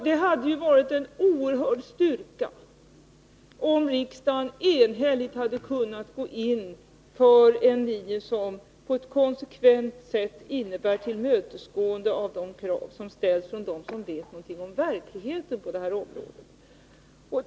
Det hade varit en oerhörd styrka om riksdagen enhälligt hade kunnat gå in för en linje som på ett konsekvent sätt innebär tillmötesgående av de krav som har ställts från dem som vet någonting om verkligheten på detta område.